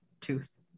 tooth